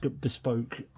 bespoke